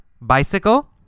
bicycle